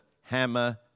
hammer